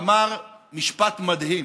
אמר משפט מדהים.